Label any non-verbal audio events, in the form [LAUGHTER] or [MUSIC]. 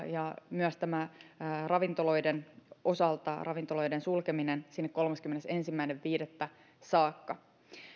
[UNINTELLIGIBLE] ja myös ravintoloiden osalta sulkeminen sinne kolmaskymmenesensimmäinen viidettä saakka